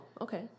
Okay